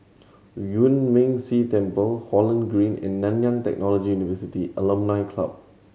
Yuan Ming Si Temple Holland Green and Nanyang Technology University Alumni Club